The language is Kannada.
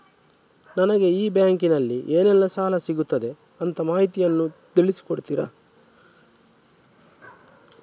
ನನಗೆ ಈ ಬ್ಯಾಂಕಿನಲ್ಲಿ ಏನೆಲ್ಲಾ ಸಾಲ ಸಿಗುತ್ತದೆ ಅಂತ ಮಾಹಿತಿಯನ್ನು ತಿಳಿಸಿ ಕೊಡುತ್ತೀರಾ?